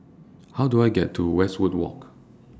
How Do I get to Westwood Walk